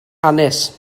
hanes